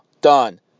Done